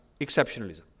exceptionalism